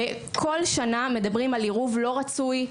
וכל שנה מדברים על עירוב לא רצוי,